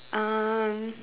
um